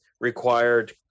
required